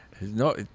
No